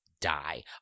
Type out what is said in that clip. die